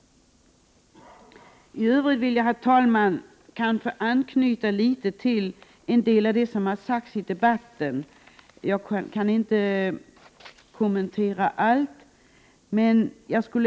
I övrigt vill jag, herr talman, anknyta litet till en del av det som har sagts i debatten — jag kan inte kommentera allt.